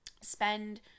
spend